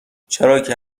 چراکه